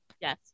Yes